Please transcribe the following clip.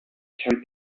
carried